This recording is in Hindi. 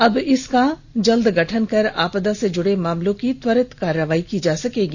अब इसका शीघ्र गठन कर आपदा से जुड़े मामलों की त्वरित कार्रवाई की जा सकेगी